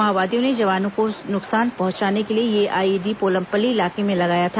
माओवादियों ने जवानों को नुकसान पहुंचाने के लिए यह आईईडी पोलमपल्ली इलाके में लगाया था